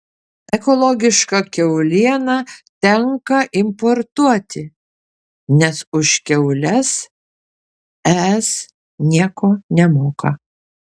ekologišką kiaulieną tenka importuoti nes už kiaules es nieko nemoka